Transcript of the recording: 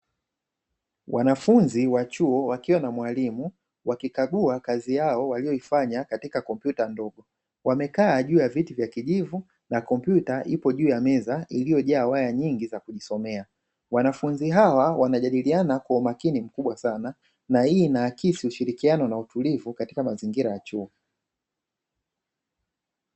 Wanafunzi wa chuo wakiwa na mwalimu, wakikagua kazi yao waliyoifanya katika kompyuta ndogo, wamekaa juu ya viti vya kijivu na kompyuta ipo juu ya meza iliyojaa waya nyingi za kujisomea. Wanafunzi hawa wanajadiliana kwa umakini mkubwa sana. Na hii inaakisi ushirikiano na utulivu katika mazingira ya chuo.